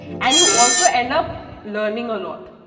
and you also end up learning a lot.